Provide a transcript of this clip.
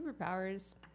superpowers